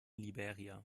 liberia